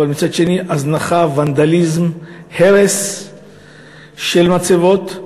אבל מצד שני הזנחה, ונדליזם והרס של מצבות.